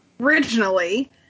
originally